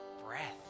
breath